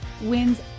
wins